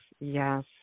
yes